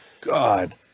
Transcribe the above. God